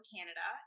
Canada